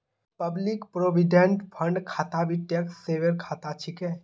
public provident fund खाता भी tax saver खाता छिके